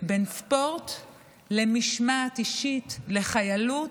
בין ספורט למשמעת אישית, לחיילות,